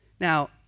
Now